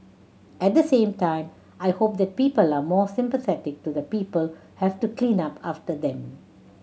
at the same time I hope that people are more sympathetic to the people have to clean up after them